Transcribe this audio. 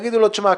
ויגידו לו: תשמע,